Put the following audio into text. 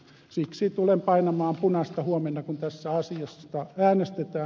siksi tulen painamaan punaista huomenna kun tästä asiasta äänestetään